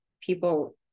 people